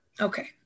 Okay